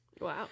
Wow